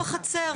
בחצר.